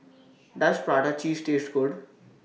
Does Prata Cheese Taste Good